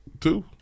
Two